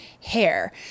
hair